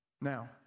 Now